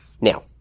Now